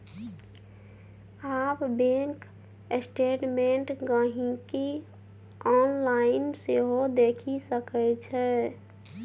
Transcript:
आब bank statement गांहिकी online सेहो देखि सकै छै